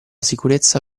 sicurezza